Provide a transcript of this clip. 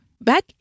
Back